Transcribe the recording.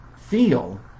feel